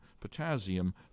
potassium